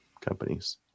companies